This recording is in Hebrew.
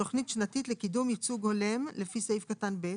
תכנית שנתית לקידום ייצוג הולם לפי סעיף קטן (ב),